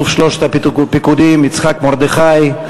אלוף שלושת הפיקודים, יצחק מרדכי.